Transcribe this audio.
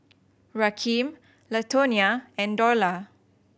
Rakeem Latonia and Dorla